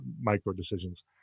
micro-decisions